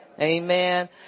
Amen